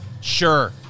Sure